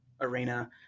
arena